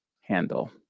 handle